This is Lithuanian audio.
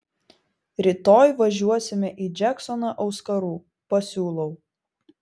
rytoj važiuosime į džeksoną auskarų pasiūlau